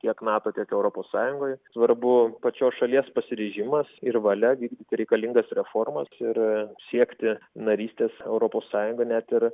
tiek nato tiek europos sąjungoje svarbu pačios šalies pasiryžimas ir valia vykdyti reikalingas reformas ir siekti narystės europos sąjunga net ir